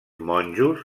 monjos